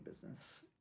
business